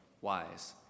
wise